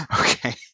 Okay